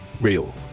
real